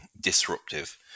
disruptive